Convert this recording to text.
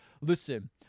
listen